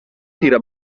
tira